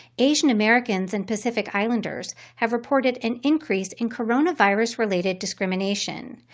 asian americans and pacific islanders have reported an increase in coronavirus related discrimination.